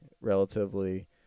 relatively